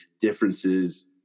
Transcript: differences